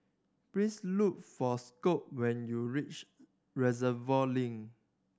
please look for Scot when you reach Reservoir Link